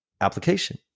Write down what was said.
application